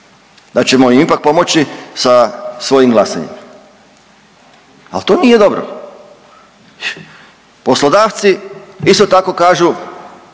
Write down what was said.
da ćemo im ipak pomoći sa svojim glasanjem, ali to nije dobro. Poslodavci isto tako kažu